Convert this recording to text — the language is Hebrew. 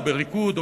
או בריקוד,